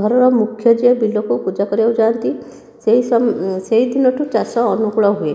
ଘରର ମୁଖ୍ୟ ଯିଏ ବିଲକୁ ପୂଜା କରିବାକୁ ଯାଆନ୍ତି ସେହି ସେହି ଦିନଠାରୁ ଚାଷ ଅନୁକୂଳ ହୁଏ